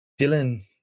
Dylan